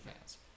fans